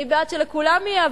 אני בעד שלכולם יהיה,